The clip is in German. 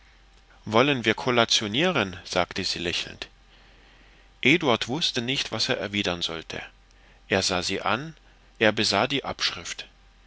wollen wir kollationieren sagte sie lächelnd eduard wußte nicht was er erwidern sollte er sah sie an er besah die abschrift